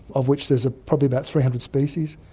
of which there's ah probably about three hundred species,